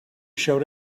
showed